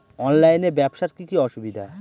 অনলাইনে ব্যবসার কি কি অসুবিধা?